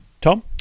tom